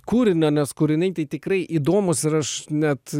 kūrinio nes kūriniai tai tikrai įdomūs ir aš net